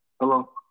hello